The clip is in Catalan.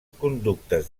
conductes